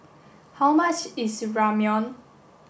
how much is Ramyeon